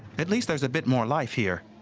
at least there's a bit more life here.